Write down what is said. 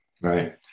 right